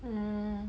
mm